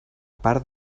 part